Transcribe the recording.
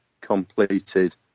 completed